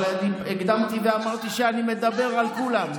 הקדמתי ואמרתי שאני מדבר על כולם.